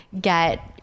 get